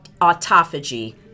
Autophagy